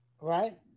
right